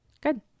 Good